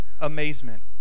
amazement